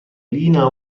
lina